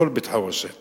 כל בית-חרושת